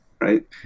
right